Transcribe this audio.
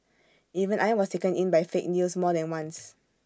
even I was taken in by fake news more than once